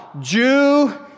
Jew